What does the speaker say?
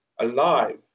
alive